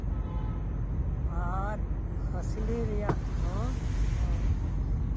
ᱟᱨ ᱦᱟᱸᱥᱞᱤ ᱨᱮᱭᱟᱜ ᱦᱚᱸ